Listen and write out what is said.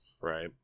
Right